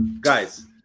guys